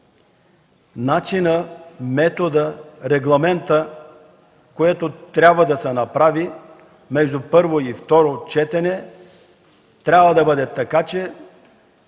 начинът, методът, регламентът, който трябва да се направи между първо и второ четене, трябва да бъде така, че